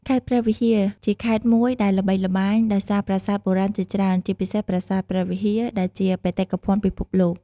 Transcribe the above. ខេត្តព្រះវិហារជាខេត្តមួយដែលល្បីល្បាញដោយសារប្រាសាទបុរាណជាច្រើន ជាពិសេស ប្រាសាទព្រះវិហារ ដែលជាបេតិកភណ្ឌពិភពលោក។